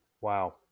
Wow